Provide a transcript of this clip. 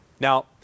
Now